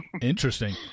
Interesting